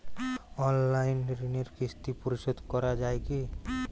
Online ঋণের কিস্তি পরিশোধ করা যায় কি?